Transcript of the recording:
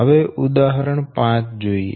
હવે ઉદાહરણ 5 જોઈએ